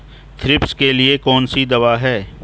Thrips के लिए कौन सी दवा है?